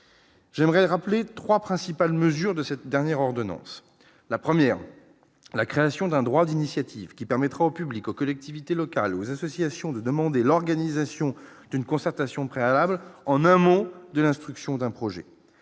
j'aimerais rappeler 3, principale mesure de cette dernière ordonnance la première la création d'un droit d'initiative qui permettra au public, aux collectivités locales, aux associations de demander l'organisation d'une concertation préalable, en un mot de l'instruction d'un projet